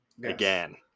Again